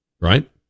right